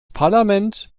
parlament